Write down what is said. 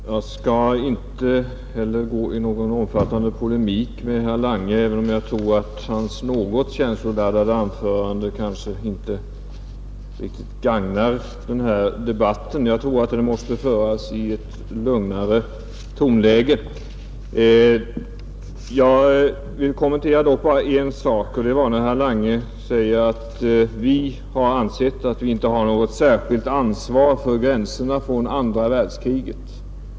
Fru talman! Jag skall inte heller ge mig in på någon omfattande polemik med herr Lange, även om jag tror att hans något känsloladdade anförande inte gagnar denna debatt — den bör föras i ett lugnare tonläge. Jag vill dock kommentera en sak. Herr Lange sade att vi har ansett att vi inte har något särskilt ansvar för gränserna från andra världskriget.